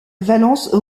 valence